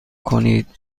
کنید